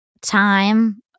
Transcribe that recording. time